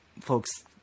folks